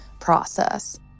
process